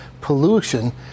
pollution